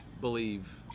believe